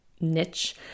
niche